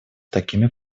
такими